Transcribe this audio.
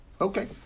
Okay